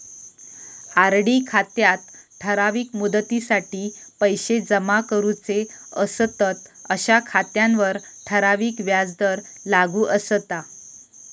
RD खात्यात ठराविक मुदतीसाठी पैशे जमा करूचे असतंत अशा खात्यांवर ठराविक व्याजदर लागू असता